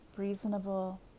reasonable